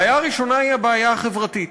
הבעיה הראשונה היא הבעיה החברתית.